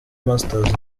masters